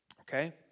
Okay